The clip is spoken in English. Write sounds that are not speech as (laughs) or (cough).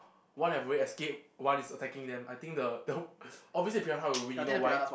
one have already escaped one is attacking them I think the the (laughs) obviously the piranha will win you know why